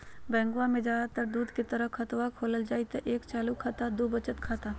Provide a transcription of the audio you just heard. बैंकवा मे ज्यादा तर के दूध तरह के खातवा खोलल जाय हई एक चालू खाता दू वचत खाता